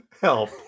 help